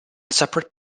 separate